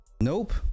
Nope